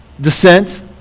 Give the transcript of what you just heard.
descent